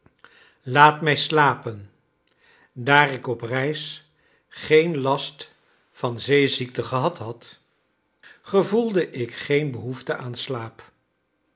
laat mij slapen daar ik op reis geen last van zeeziekte gehad had gevoelde ik geen behoefte aan slaap